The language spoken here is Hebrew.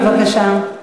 בבקשה.